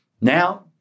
Now